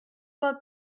pel